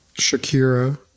shakira